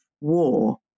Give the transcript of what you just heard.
war